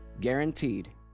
Guaranteed